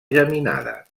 geminada